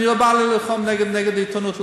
אני לא בא ללחום נגד עיתונות,